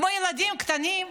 כמו ילדים קטנים?